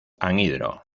anhidro